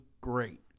great